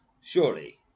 Surely